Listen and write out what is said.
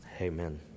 Amen